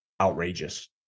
outrageous